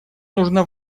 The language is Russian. нужно